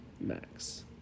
max